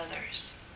others